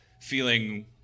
feeling